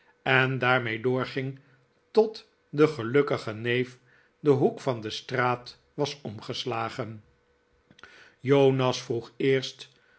en daarmee doorging tot de gelukkige neef den hoek van de straat was omgeslagen jonas vroeg eerst